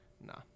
Nah